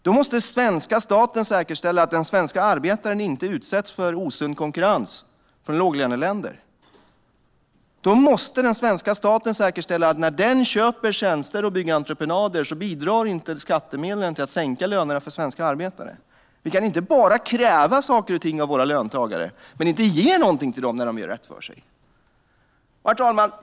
Då måste svenska staten säkerställa att den svenska arbetaren inte utsätts för osund konkurrens från låglöneländer. Den svenska staten måste säkerställa att när den köper tjänster och byggentreprenader bidrar inte skattemedlen till att sänka lönerna för svenska arbetare. Vi kan inte bara kräva saker och ting av våra löntagare men inte ge någonting till dem när de gör rätt för sig. Herr talman!